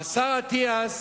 השר אטיאס